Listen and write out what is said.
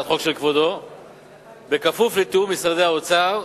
החוק של כבודו בכפוף לתיאום עם משרדי האוצר,